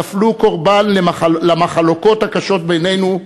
נפלו קורבן למחלוקות הקשות בינינו,